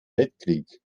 weltkrieg